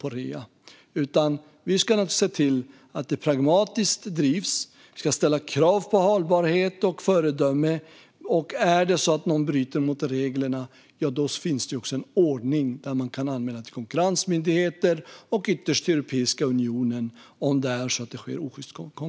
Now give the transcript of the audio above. Vi ska naturligtvis se till att detta drivs pragmatiskt. Vi ska ställa krav på hållbarhet och föredöme. Om någon bryter mot reglerna och det förekommer osjyst konkurrens finns det en ordning för anmälan till konkurrensmyndigheter och ytterst till Europeiska unionen.